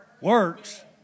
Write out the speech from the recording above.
Works